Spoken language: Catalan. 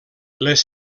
les